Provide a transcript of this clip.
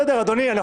בסדר, אדוני.